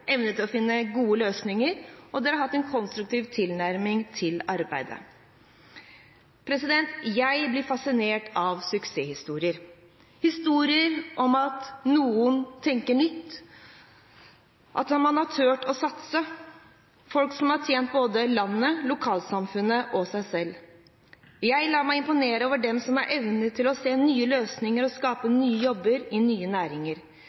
evne til å finne gode løsninger, og de har hatt en konstruktiv tilnærming til arbeidet. Jeg blir fascinert av suksesshistorier – historier om at noen tenker nytt, at man har turt å satse, folk som har tjent både landet, lokalsamfunnet og seg selv. Jeg lar meg imponere over dem som har evne til å se nye løsninger og skape nye jobber i nye næringer.